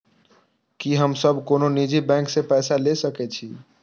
की हम सब कोनो निजी बैंक से पैसा ले सके छी?